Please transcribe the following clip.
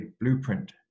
blueprint